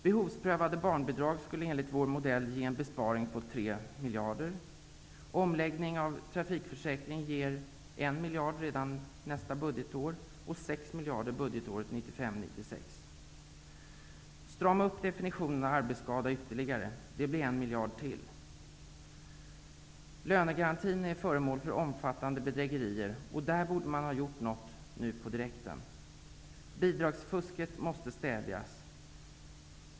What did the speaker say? Behovsprövade barnbidrag skulle enligt vår modell ge en besparing på 3 miljarder. En omläggning av trafikförsäkringen ger 1 miljard redan nästa budgetår och 6 miljarder budgetåret 1995/96. Definitionen av arbetsskada bör stramas upp ytterligare. Det blir 1 miljard till. Lönegarantin är föremål för omfattande bedrägerier. Detta borde man ha gjort något åt på direkten. Bidragsfusket måste stävjas.